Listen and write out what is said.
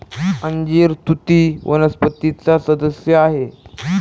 अंजीर तुती वनस्पतीचा सदस्य आहे